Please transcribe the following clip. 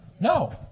No